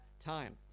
time